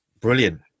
Brilliant